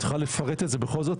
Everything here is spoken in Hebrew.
את יכולה לפרט את זה בכל זאת,